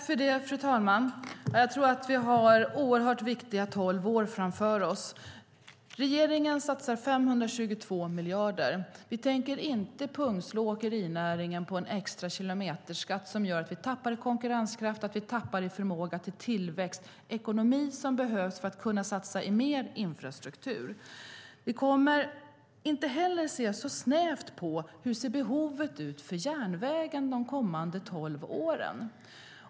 Fru talman! Jag tror att vi har oerhört viktiga tolv år framför oss. Regeringen satsar 522 miljarder. Vi tänker inte pungslå åkerinäringen med en extra kilometerskatt som gör att vi tappar i konkurrenskraft och förmåga till tillväxt - sådant som behövs för att man ska kunna satsa på mer infrastruktur. Vi kommer inte heller att se så snävt på vad som är järnvägens behov de kommande tolv åren.